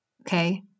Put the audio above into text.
Okay